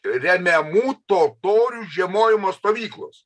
remiamų totorių žiemojimo stovyklos